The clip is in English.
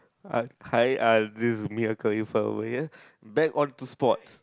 hi uh this is me uh Khalifa over here back all to sports